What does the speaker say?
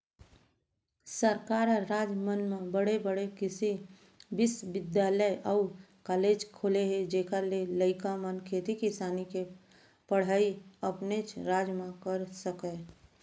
सरकार ह राज मन म बड़े बड़े कृसि बिस्वबिद्यालय अउ कॉलेज खोले हे जेखर ले लइका मन खेती किसानी के पड़हई अपनेच राज म कर सकय